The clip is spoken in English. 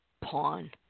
pawn